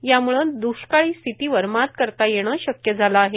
यामुळे द्ष्काळी स्थितीवर मात करता येणे शक्य झाले आहे